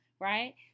Right